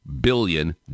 billion